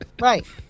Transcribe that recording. Right